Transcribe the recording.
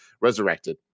Resurrected